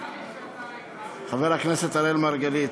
חבר הכנסת אראל מרגלית,